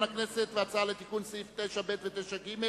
הכנסת ועל הצעה לתיקון סעיפים 9ב ו-9ג.